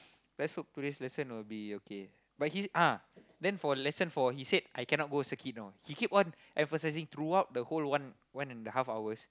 let's hope today's lesson will be okay but he ah then for lesson four he said I cannot go circuit know he keep on emphasizing throughout the whole one one and a half hours